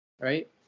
right